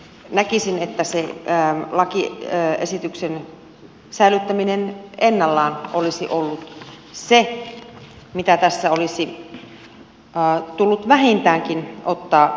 näkisin että se lakiesityksen säilyttäminen ennallaan olisi ollut se mitä tässä olisi tullut vähintäänkin ottaa huomioon